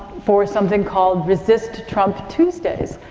for something called resist trump tuesdays.